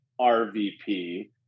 RVP